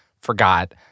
forgot